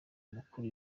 amakuru